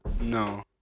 No